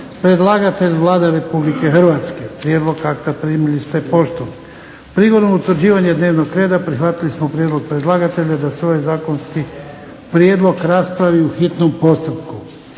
Predlagatelj Vlada Republike Hrvatske. Prijedlog akta primili ste poštom. Prigodom utvrđivanja dnevnog reda prihvatili smo prijedlog predlagatelja da se ovaj zakonski prijedlog raspravi u hitnom postupku.